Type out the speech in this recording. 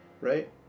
right